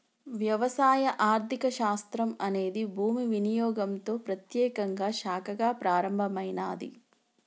వ్యవసాయ ఆర్థిక శాస్త్రం అనేది భూమి వినియోగంతో ప్రత్యేకంగా శాఖగా ప్రారంభమైనాది